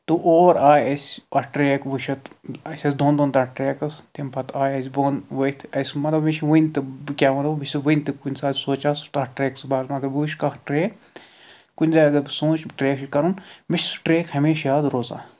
تہٕ اور آیہِ أسۍ اَتھ ٹرٛیک وٕچھِتھ أسۍ ٲسۍ دۄن دۄہَن تَتھ ٹرٛیکَس تَمہِ پَتہٕ آیہِ اَسہِ بوٚن ؤتھۍ أسۍ مطلب مےٚ چھِ ؤنۍ تہٕ بہٕ کیٛاہ وَنَو بہٕ چھُس ؤنۍ تہٕ کُنہِ ساتہٕ سونچان سُہ تَتھ ٹرٛیکَس اَگر بہٕ وٕچھِ کانٛہہ ٹرٛیک کُنہِ جایہِ اَگر بہٕ سونچہِ ٹرٛیک چھِ کَرُن مےٚ چھُ سُہ ٹرٛیک ہمیشہِ یاد روزان